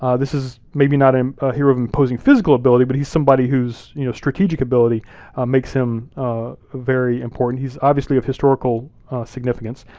ah this is maybe not a ah hero of imposing physical ability, but he's somebody who's strategic ability makes him very important. he's obviously of historical significance.